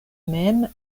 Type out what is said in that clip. mem